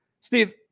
Steve